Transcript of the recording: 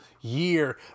year